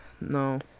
no